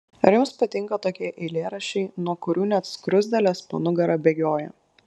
ar jums patinka tokie eilėraščiai nuo kurių net skruzdėlės po nugarą bėgioja